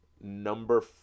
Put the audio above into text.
Number